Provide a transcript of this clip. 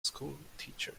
schoolteacher